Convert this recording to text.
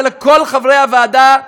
אלא כל חברי הוועדה,